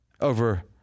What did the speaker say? over